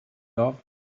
off